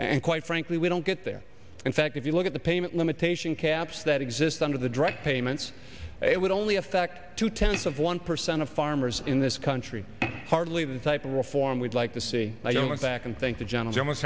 and quite frankly we don't get there in fact if you look at the payment limitation caps that exist under the direct payments it would only affect two tenths of one percent of farmers in this country hardly the type of reform we'd like to see i don't look back and think the gentleman